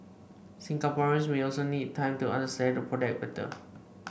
Singaporeans may also need time to understand the product better